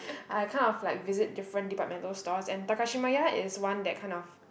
I kind of like visit different departmental stores and Takashimaya is one that kind of